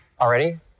already